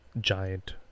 giant